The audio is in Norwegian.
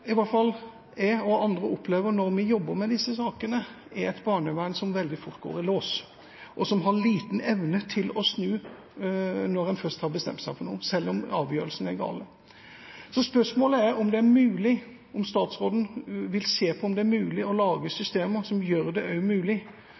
i hvert fall jeg og andre opplever når vi jobber med disse sakene, er et barnevern som veldig fort går i lås, og som har liten evne til å snu når en først har bestemt seg for noe, selv om avgjørelsene er gale. Så spørsmålet er om statsråden vil se på om det er mulig å lage